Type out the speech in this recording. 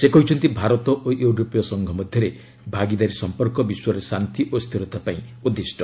ସେ କହିଛନ୍ତି ଭାରତ ଓ ୟୁରୋପୀୟ ସଂଘ ମଧ୍ୟରେ ଭାଗିଦାରୀ ସଂପର୍କ ବିଶ୍ୱରେ ଶାନ୍ତି ଓ ସ୍ଥିରତା ପାଇଁ ଉଦ୍ଦିଷ୍ଟ